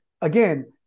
again